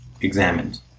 examined